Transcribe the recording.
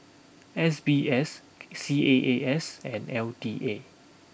S B S C A A S and L T A